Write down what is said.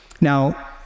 Now